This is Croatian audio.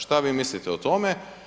Šta vi mislite o tome?